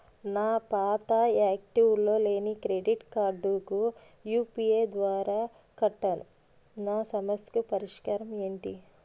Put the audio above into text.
నా పాత యాక్టివ్ లో లేని క్రెడిట్ కార్డుకు యు.పి.ఐ ద్వారా కట్టాను నా సమస్యకు పరిష్కారం ఎంటి?